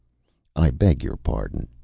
i beg your pardon,